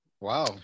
Wow